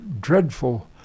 dreadful